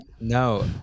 No